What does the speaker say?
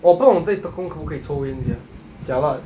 我不懂在 tekong 可不可以抽烟 sia jialat